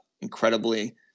incredibly